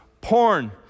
porn